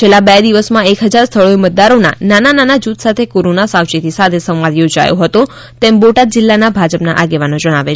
છેલ્લા બે દિવસમાં એક હજાર સ્થળોએ મતદારોના નાના નાના જુથ સાથે કોરોના સાવચેતી સાથે સંવાદ યોજાયો હતો તેમ બોટાદ જિલ્લા ભાજપના આગેવાનો જણાવે છે